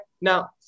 Now